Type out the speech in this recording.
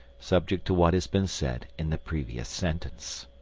subject to what has been said in the previous sentence.